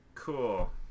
cool